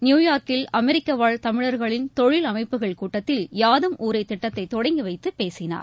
நியுயார்க்கில் அமெரிக்கவாழ் தமிழர்களின் தொழில் அமைப்புகள் கூட்டத்தில் யாதும் ஊரே திட்டத்தை தொடங்கிவைத்து பேசினார்